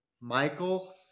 michael